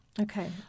okay